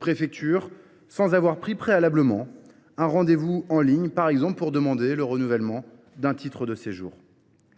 préfecture sans avoir préalablement pris un rendez vous en ligne, par exemple pour demander le renouvellement d’un titre de séjour.